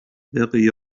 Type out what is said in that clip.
بقي